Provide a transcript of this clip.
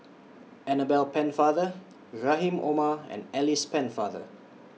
Annabel Pennefather Rahim Omar and Alice Pennefather